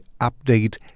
update